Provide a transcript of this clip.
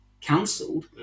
cancelled